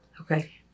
Okay